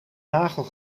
nagel